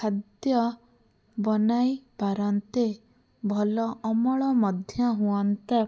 ଖାଦ୍ୟ ବନାଇ ପାରନ୍ତେ ଭଲ ଅମଳ ମଧ୍ୟ ହୁଅନ୍ତା